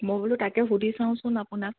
মই বোলো তাকে সুধি চাওঁচোন আপোনাক